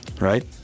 right